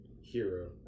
hero